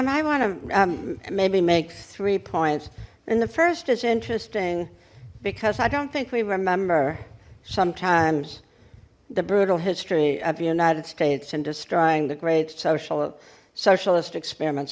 i want to maybe make three points and the first is interesting because i don't think we remember sometimes the brutal history of united states and destroying the great social socialist experiments